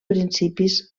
principis